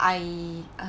I uh